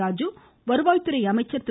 ராஜு வருவாய் துறை அமைச்சா் திரு